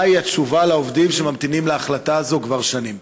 3. מהי התשובה לעובדים שממתינים להחלטה כבר שנים?